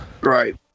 Right